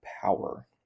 Power